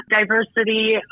diversity